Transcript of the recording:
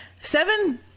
Seven